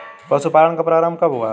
पशुपालन का प्रारंभ कब हुआ?